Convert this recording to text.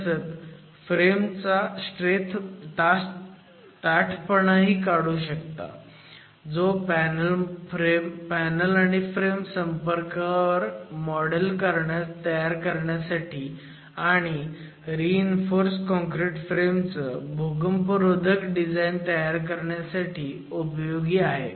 तसंच फ्रेम चा ताठपणाही काढू शकता जो पॅनल फ्रेम संपर्कावर मॉडेल तयार करण्यासाठी आणि रिइन्फोर्स काँक्रिट फ्रेमचं भूकंपरोधक डिझाईन तयार करण्यासाठी उपयोगी आहे